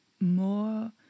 more